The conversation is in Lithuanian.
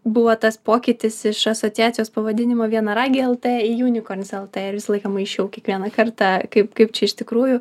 buvo tas pokytis iš asociacijos pavadinimo vienaragiai lt į unicorns lt visą laiką maišiau kiekvieną kartą kaip kaip čia iš tikrųjų